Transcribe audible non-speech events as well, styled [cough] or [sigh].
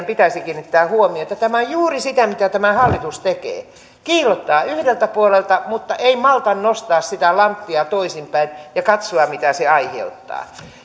[unintelligible] pitäisi kiinnittää huomiota tämä on juuri sitä mitä tämä hallitus tekee kiillottaa yhdeltä puolelta mutta ei malta nostaa sitä lanttia toisinpäin ja katsoa mitä se aiheuttaa